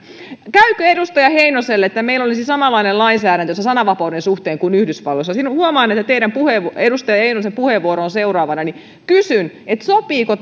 käykö edustaja heinoselle että meillä olisi samanlainen lainsäädäntö sananvapauden suhteen kuin yhdysvalloissa huomaan että edustaja heinosen puheenvuoro on seuraavana joten kysyn sopiiko